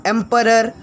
Emperor